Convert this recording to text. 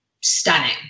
stunning